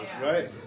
right